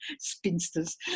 spinsters